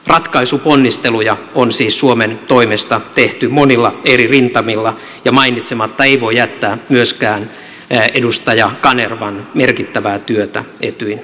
ratkaisuponnisteluja on siis suomen toimesta tehty monilla eri rintamilla ja mainitsematta ei voi jättää myöskään edustaja kanervan merkittävää työtä etyjin johdossa